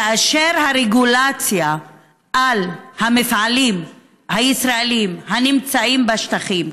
כאשר הרגולציה על המפעלים הישראליים הנמצאים בשטחים,